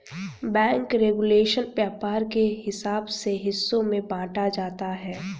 bank regulation व्यापार के हिसाब से हिस्सों में बांटा जाता है